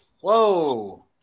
Whoa